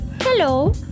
hello